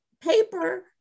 paper